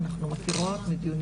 אנחנו מכירות מדיונים קודמים.